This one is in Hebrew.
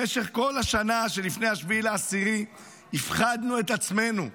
במשך כל השנה שלפני 7 באוקטובר הפחדנו את עצמנו.